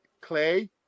clay